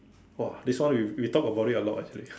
!wah! this one we we talk about it a lot actually